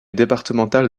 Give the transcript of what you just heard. départemental